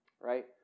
right